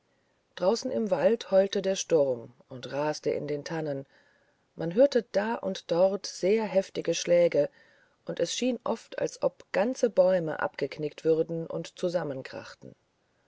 draußen im wald heulte der sturm und raste in den tannen man hörte da und dort sehr heftige schläge und es schien oft als ob ganze bäume abgeknickt würden und zusammenkrachten